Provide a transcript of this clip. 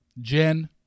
Jen